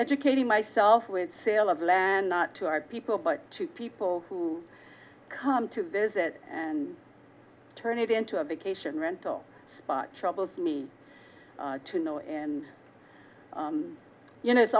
educating myself with sale of land not to our people but to people who come to visit and turn it into a vacation rental spot troubles me to know and you know it's